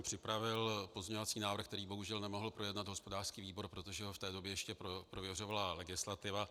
Připravil jsem pozměňovací návrh, který bohužel nemohl projednat hospodářský výbor, protože ho v té době ještě prověřovala legislativa.